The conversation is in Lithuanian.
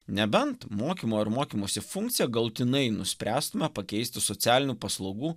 nebent mokymo ir mokymosi funkciją galutinai nuspręstume pakeisti socialinių paslaugų